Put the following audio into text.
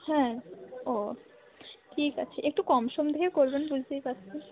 হ্যাঁ ও ঠিক আছে একটু কম সম দেখে করবেন বুঝতেই পারছেন